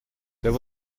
there